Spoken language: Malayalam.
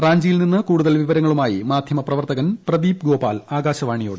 റാഞ്ചിയിൽ നിന്ന് കൂടുതൽ വിവരങ്ങളുമായി മാധ്യമ പ്രവർത്തകൻ പ്രദീപ് ഗോപാൽ ആകാശവാണിയോട്